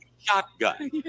shotgun